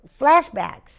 flashbacks